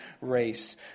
race